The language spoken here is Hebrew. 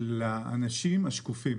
לאנשים השקופים.